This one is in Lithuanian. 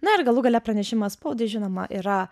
na ir galų gale pranešimas spaudai žinoma yra